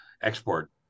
export